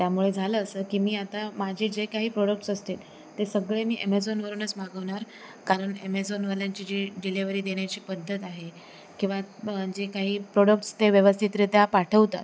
त्यामुळे झालं असं की मी आता माझे जे काही प्रोडक्ट्स असतील ते सगळे मी ॲमेझॉनवरूनच मागवणार कारण ॲमेझॉनवाल्यांची जी डिलेवरी देण्याची पद्धत आहे किंवा जे काही प्रोडक्ट्स ते व्यवस्थितरीत्या पाठवतात